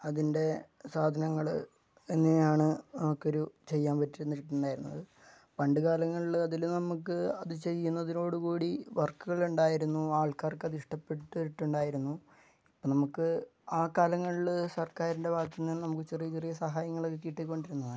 അതിൻ്റെ സാധനങ്ങള് എങ്ങനെയാണ് നമുക്കൊരു ചെയ്യാൻ പറ്റിയിരുന്നിട്ടുണ്ടായിരുന്നത് പണ്ട് കാലങ്ങളില് അതില് നമുക്ക് അത് ചെയ്യുന്നതിനോടുകൂടി വർക്കുകള് ഉണ്ടായിരുന്നു ആൾക്കാർക്കത് ഇഷ്ടപ്പെട്ടിട്ടുണ്ടായിരുന്നു ഇപ്പം നമുക്ക് ആ കാലങ്ങളില് സർക്കാരിൻ്റെ ഭാഗത്ത് നിന്ന് നമുക്ക് ചെറിയ ചെറിയ സഹായങ്ങളൊക്കെ കിട്ടിക്കൊണ്ടിരുന്നതാണ്